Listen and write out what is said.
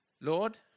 Lord